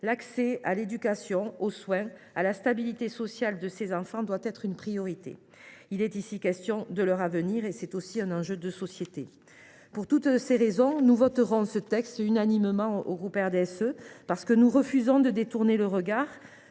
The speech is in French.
l’accès à l’éducation, aux soins, à la stabilité sociale de ces enfants doit être une priorité. Il est ici question de leur avenir : c’est aussi un enjeu de société. Pour toutes ces raisons, les sénateurs du groupe du RDSE voteront unanimement ce texte. Nous refusons de détourner le regard.